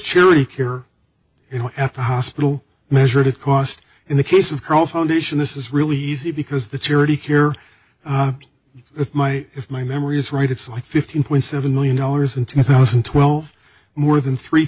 charity care you know at the hospital measure the cost in the case of carl foundation this is really easy because the charity care if my if my memory is right it's like fifteen point seven million dollars in two thousand and twelve more than three